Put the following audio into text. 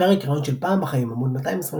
הפרק "רעיון של פעם בחיים", עמ' 228–231